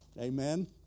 amen